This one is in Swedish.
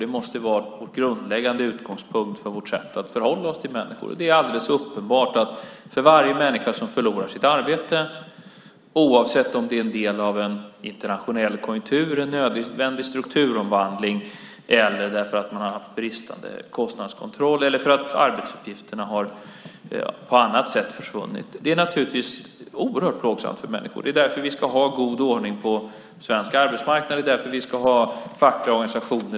Det måste vara den grundläggande utgångspunkten för vårt sätt att förhålla oss till människor, och det är alldeles uppenbart att för varje människa som förlorar sitt arbete, oavsett om det sker i samband med en internationell konjunktur, en nödvändig strukturomvandling, för att man har haft bristande kostnadskontroll eller för att arbetsuppgifterna på annat sätt har försvunnit är det naturligtvis oerhört plågsamt. Därför ska vi ha en god ordning på svensk arbetsmarknad. Det är därför vi ska ha fackliga organisationer.